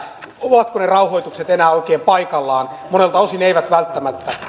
ovatko ne rauhoitukset enää oikein paikallaan monelta osin eivät välttämättä